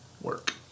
work